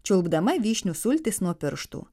čiulpdama vyšnių sultis nuo pirštų